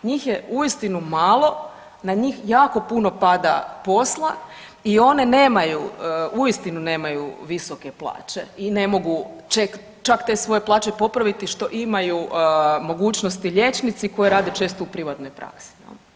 Njih je uistinu malo, na njih jako puno pada posla i one nemaju uistinu nemaju visoke plaće i ne mogu čak te svoje popraviti što imaju mogućnosti liječnici koji rade često u privatnoj praksi.